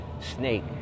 snake